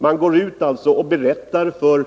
Han går alltså ut och berättar för